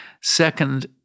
second